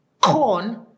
corn